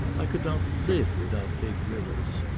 i could not live without big rivers.